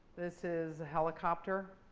this is a helicopter.